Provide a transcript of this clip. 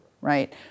right